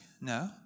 no